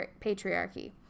patriarchy